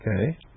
Okay